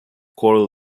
choral